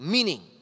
Meaning